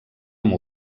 amb